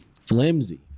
flimsy